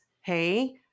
Hey